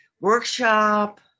workshop